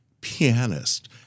pianist